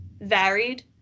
varied